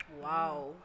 Wow